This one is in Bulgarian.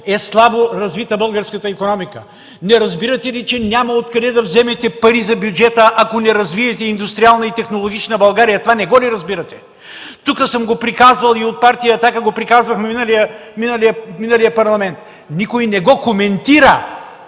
е слабо развита българската икономика. Не разбирате ли, че няма откъде да вземете пари за бюджета, ако не развиете индустриална и технологична България? Това не го ли разбирате? Тук съм го приказвал и от Партия „Атака” го приказвахме в миналия парламент. Никой не го коментира.